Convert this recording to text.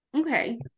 Okay